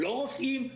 לא רופאים,